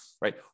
Right